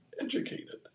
educated